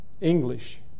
English